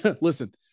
listen